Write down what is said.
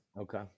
Okay